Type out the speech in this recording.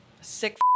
Sick